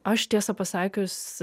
aš tiesą pasakius